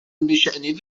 بشأن